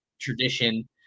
tradition